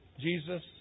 Jesus